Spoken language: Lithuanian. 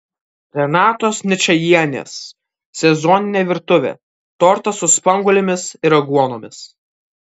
renatos ničajienės sezoninė virtuvė tortas su spanguolėmis ir aguonomis